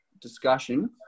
discussion